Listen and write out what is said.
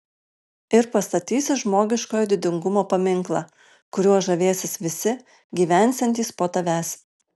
ir pastatysi žmogiškojo didingumo paminklą kuriuo žavėsis visi gyvensiantys po tavęs